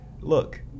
look